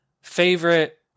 favorite –